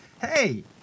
Hey